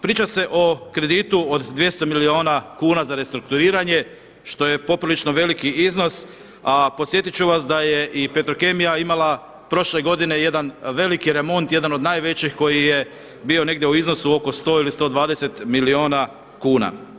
Priča se o kreditu od 200 milijuna kuna za restrukturiranje što je poprilično veliki iznos, a podsjetit ću vas da je i Petrokemija imala prošle godine jedan veliki remont jedan od najvećih koji je bio negdje u iznosu oko 100 ili 120 milijuna kuna.